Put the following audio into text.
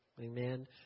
Amen